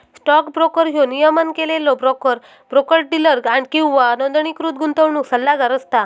stock broker ह्यो नियमन केलेलो ब्रोकर, ब्रोकर डीलर किंवा नोंदणीकृत गुंतवणूक सल्लागार असता